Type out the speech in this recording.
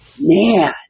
Man